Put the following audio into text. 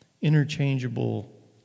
interchangeable